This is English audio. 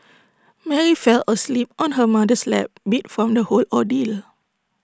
Mary fell asleep on her mother's lap beat from the whole ordeal